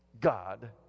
God